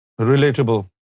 relatable